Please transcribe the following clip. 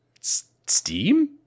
steam